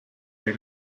der